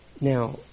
Now